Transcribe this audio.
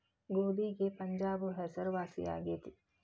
ಗೋಧಿಗೆ ಪಂಜಾಬ್ ಹೆಸರುವಾಸಿ ಆಗೆತಿ